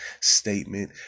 statement